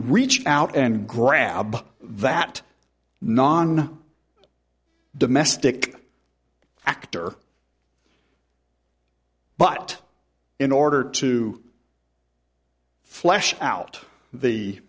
reach out and grab that non domestic actor but in order to flesh out the